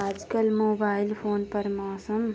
आजकल mobile phone पर मौसम